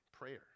prayer